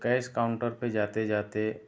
कैस counter पर जाते जाते